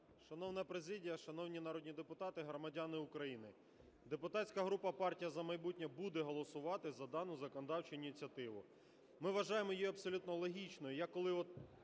Шановна президія, шановні народні депутати, громадяни України! Депутатська група "Партія "За майбутнє" буде голосувати за дану законодавчу ініціативу. Ми вважаємо її абсолютно логічною.